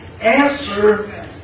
answer